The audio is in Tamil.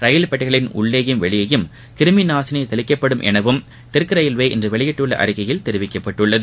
ரயில் பெட்டிகளின் உள்ளேயும் வெளியேயும் கிருமி நாசினி தெளிக்கப்படும் எனவும் தெற்கு ரயில்வே இன்று வெளியிட்டுள்ள அறிக்கையில் தெரிவிக்கப்பட்டுள்ளது